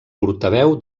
portaveu